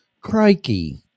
Crikey